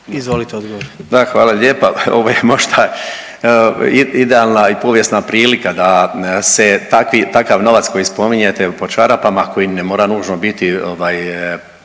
Zdravko** Da hvala lijepa, ovaj možda idealna i povijesna prilika da se takvi, takav novac koji spominjete po čarapama koji ne mora nužno biti